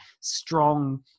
strong